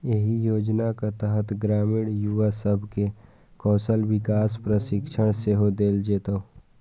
एहि योजनाक तहत ग्रामीण युवा सब कें कौशल विकास प्रशिक्षण सेहो देल जेतै